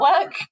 work